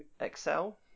excel